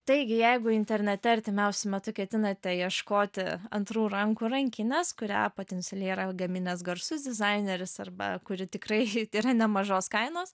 taigi jeigu internete artimiausiu metu ketinate ieškoti antrų rankų rankinės kurią potencialiai yra gaminęs garsus dizaineris arba kuri tikrai yra nemažos kainos